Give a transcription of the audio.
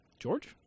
George